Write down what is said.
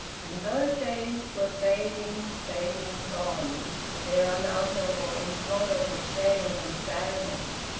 and those days were fading, fading, gone, with their unutterable, intolerable shame and sadness,